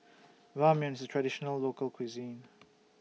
Ramyeon IS A Traditional Local Cuisine